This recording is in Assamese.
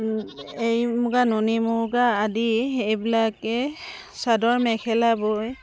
এৰী মুগা নুনী মুগা আদি সেইবিলাকে চাদৰ মেখেলা বয়